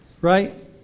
Right